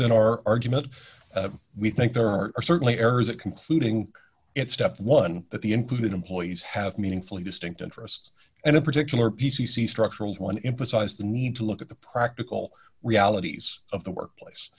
been our argument we think there are certainly errors that concluding at step one that the included employees have meaningfully distinct interests and in particular p c c structural one emphasize the need to look at the practical realities of the workplace